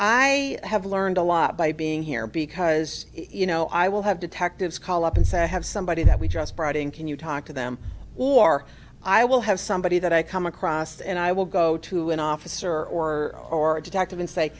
i have learned a lot by being here because you know i will have detectives call up and say i have somebody that we just brought in can you talk to them or i will have somebody that i come across and i will go to an officer or or a detective and say